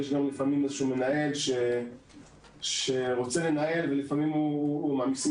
יש גם לפעמים מנהל שרוצה לנהל ולפעמים מעמיסים